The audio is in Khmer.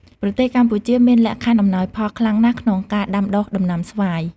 ប្រទេសកម្ពុជាមានលក្ខខណ្ឌអំណោយផលខ្លាំងណាស់ក្នុងការដាំដុះដំណាំស្វាយ។